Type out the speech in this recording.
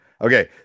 Okay